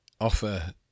offer